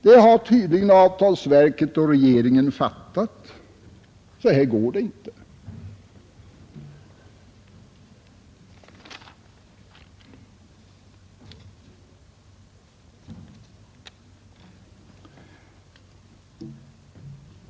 Det har tydligen avtalsverket och regeringen fattat: Så här går det inte!